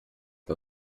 bei